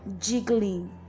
jiggling